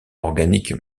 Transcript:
organiques